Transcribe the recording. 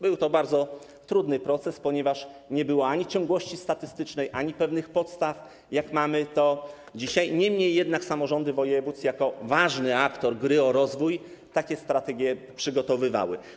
Był to bardzo trudny proces, ponieważ nie było ani ciągłości statystycznej, ani pewnych podstaw, jak jest dzisiaj, niemniej jednak samorządy województw jako ważny aktor gry o rozwój takie strategie przygotowywały.